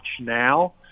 now